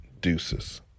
deuces